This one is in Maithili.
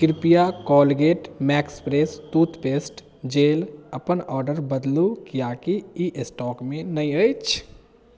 कृपया Colgate Max Fresh toothpaste gel अपन ऑर्डर बदलु कियाकी ई स्टॉक मे नहि अछि